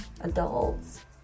Adults